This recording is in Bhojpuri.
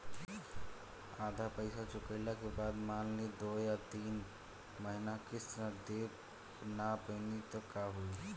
आधा पईसा चुकइला के बाद मान ली दो या तीन महिना किश्त ना दे पैनी त का होई?